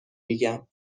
میگم